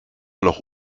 noch